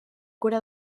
cura